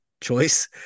choice